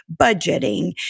budgeting